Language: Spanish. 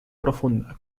profunda